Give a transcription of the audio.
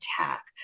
attack